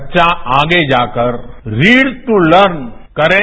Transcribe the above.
बच्चा आगे जाकर रीड टू लर्न करें